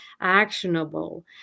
actionable